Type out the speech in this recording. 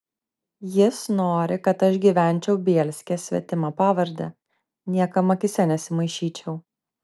jis nori kad aš gyvenčiau bielske svetima pavarde niekam akyse nesimaišyčiau